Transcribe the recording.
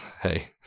Hey